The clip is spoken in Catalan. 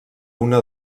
una